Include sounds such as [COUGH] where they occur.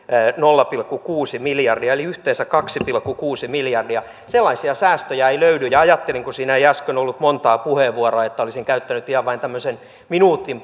nolla pilkku kuusi miljardia eli yhteensä kaksi pilkku kuusi miljardia sellaisia säästöjä ei löydy ja ajattelin kun siinä ei äsken ollut montaa puheenvuoroa että olisin käyttänyt ihan vain tämmöisen minuutin [UNINTELLIGIBLE]